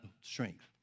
strength